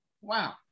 Wow